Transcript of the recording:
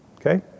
Okay